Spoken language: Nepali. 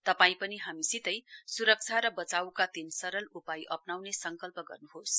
तपाईं पनि हामीसितै सुरक्षा र बचाईका तीन सरल उपाय अप्नाउने संकल्प गर्नुहोस